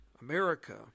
America